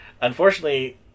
Unfortunately